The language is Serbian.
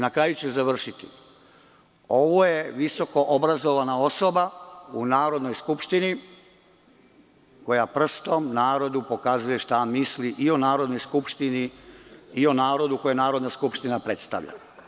Na kraju ću završiti, ovo je visokoobrazovana osoba u Narodnoj skupštini koja prstom narodu pokazuje šta misli i o Narodnoj skupštini i o narodu koji Narodna skupština predstavlja.